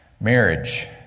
Marriage